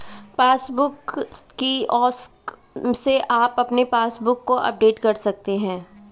passbook kiosk से आप अपने पासबुक को अपडेट कर सकते हैं